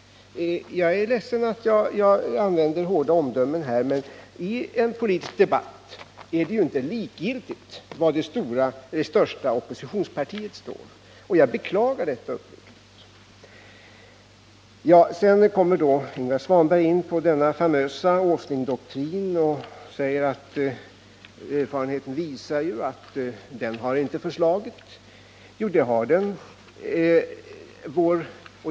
Jag är uppriktigt ledsen över att jag här måste använda hårda omdömen. Men i en politisk debatt är det ju inte likgiltigt var det största oppositionspartiet står. Sedan kommer Ingvar Svanberg in på denna famösa Åslingdoktrin och säger att erfarenheten visar att den inte har hållit. Jo, det har den.